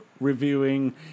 reviewing